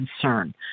concern